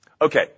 Okay